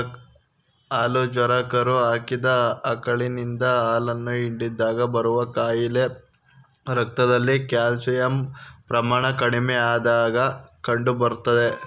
ಹಾಲು ಜ್ವರ ಕರು ಹಾಕಿದ ಆಕಳಿನಿಂದ ಹಾಲನ್ನು ಹಿಂಡಿದಾಗ ಬರುವ ಕಾಯಿಲೆ ರಕ್ತದಲ್ಲಿ ಕ್ಯಾಲ್ಸಿಯಂ ಪ್ರಮಾಣ ಕಡಿಮೆಯಾದಾಗ ಕಂಡುಬರ್ತದೆ